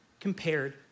compared